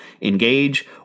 engage